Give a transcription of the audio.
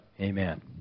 amen